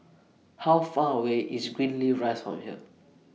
How Far away IS Greenleaf Rise from here